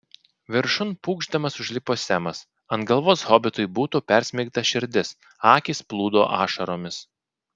viršun pūkšdamas užlipo semas ant galvos hobitui būtų persmeigta širdis akys plūdo ašaromis